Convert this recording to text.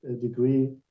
degree